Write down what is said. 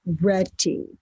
ready